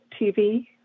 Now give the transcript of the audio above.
TV